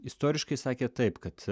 istoriškai sakė taip kad